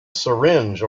syringe